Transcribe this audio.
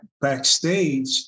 backstage